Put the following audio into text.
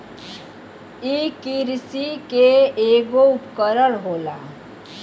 इ किरसी के ऐगो उपकरण होला